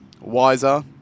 wiser